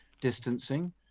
distancing